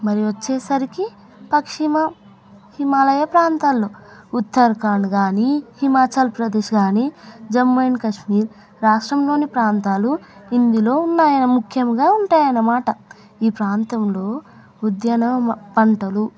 మరియు వచ్చేసరికి పశ్చిమ హిమాలయ ప్రాంతాలు ఉత్తరాఖండ్ కానీ హిమాచల్ ప్రదేశ్ కానీ జమ్మూ అండ్ కాశ్మీర్ రాష్ట్రంలోని ప్రాంతాలు ఇందులో ఉన్నాయి ముఖ్యంగా ఉంటాయన్నమాట ఈ ప్రాంతంలో ఉద్యాన పంటలు